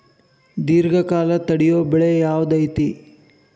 ದೇರ್ಘಕಾಲ ತಡಿಯೋ ಬೆಳೆ ಯಾವ್ದು ಐತಿ?